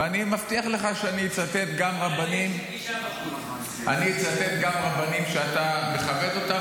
ואני מבטיח לך שאני אצטט גם רבנים שאתה מכבד אותם,